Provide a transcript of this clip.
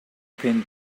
pin